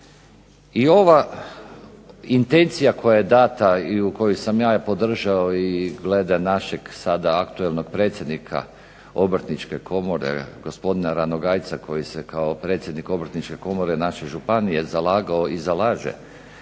I ova intencija koja je dana i koju sam ja podržao i glede našeg sada aktualnog predsjednika Obrtničke komore, gospodina Ranogajca, koji se kao predsjednik Obrtničke komore naše županije zalagao i zalaže